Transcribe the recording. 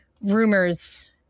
rumors